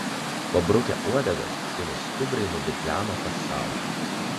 pabrukę uodegas šunys skubriai nubidzeno kas sau